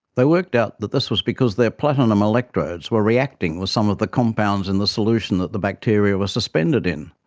they worked out that this was because their platinum electrodes were reacting with some of the compounds in the solution that the bacteria were suspended in,